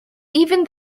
even